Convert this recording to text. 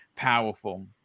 Powerful